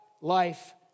life